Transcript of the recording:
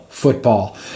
Football